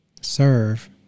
serve